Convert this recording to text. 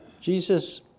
Jesus